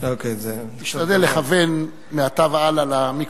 תשתדל לכוון מעתה והלאה למיקרופון.